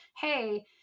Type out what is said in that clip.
hey